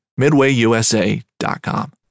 MidwayUSA.com